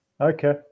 Okay